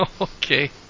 Okay